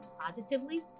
positively